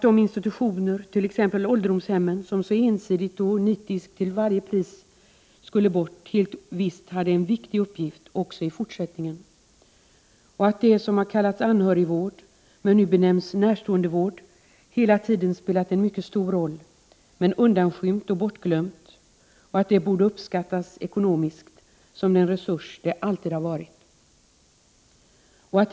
De institutioner, t.ex. ålderdomshemmen, som så ensidigt och nitiskt till varje pris skulle bort, hade helt visst en viktig uppgift också i fortsättningen. Det som har kallats anhörigvård, men som nu benämns närståendevård, har hela tiden spelat en mycket stor roll men blivit undanskymt och bortglömt. Det borde uppskattas ekonomiskt som den resurs det alltid har varit.